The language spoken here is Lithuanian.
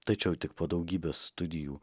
tačiau tik po daugybės studijų